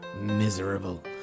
Miserable